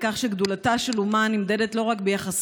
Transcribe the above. על כך שגדולתה של אומה נמדדת לא רק ביחסה